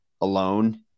alone